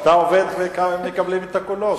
אתה בא בטענות שאתה עובד והם מקבלים את הקולות.